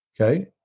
okay